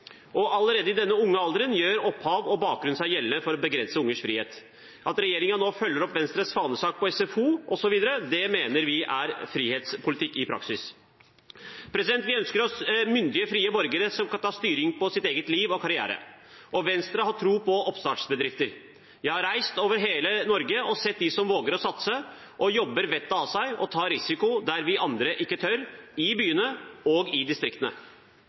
og allerede i denne unge alderen gjør bakgrunn og opphav seg gjeldende for å begrense ungers frihet. At regjeringen nå følger opp Venstres fanesak på SFO osv., mener vi er frihetspolitikk i praksis. Vi ønsker oss myndige, frie borgere som kan ta styring på sitt eget liv og sin egen karriere. Og Venstre har tro på oppstartsbedrifter. Jeg har reist over hele Norge og sett dem som våger å satse, som jobber vettet av seg og tar risiko der vi andre ikke tør, i byene og i distriktene.